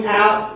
out